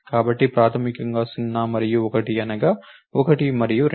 కాబట్టి ప్రాథమికంగా 0 మరియు 1 అనగా 1 మరియు 2